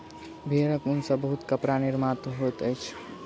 भेड़क ऊन सॅ बहुत कपड़ा निर्माण होइत अछि